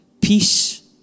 Peace